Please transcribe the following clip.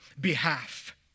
behalf